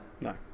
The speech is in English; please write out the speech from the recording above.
No